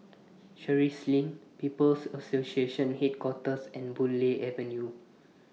Sheares LINK People's Association Headquarters and Boon Lay Avenue